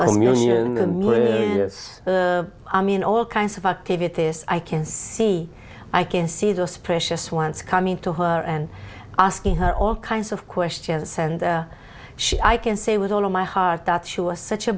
middle i mean all kinds of activities i can see i can see those precious ones coming to her and asking her all kinds of questions and she i can say with all of my heart that she was such a